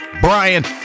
Brian